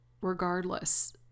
regardless